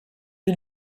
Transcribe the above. you